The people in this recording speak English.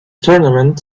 tournament